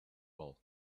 bulk